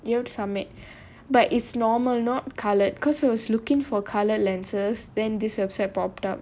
you have to submit but it's normal not coloured because I was looking for coloured lenses than this website popped up